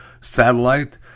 satellite